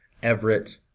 Everett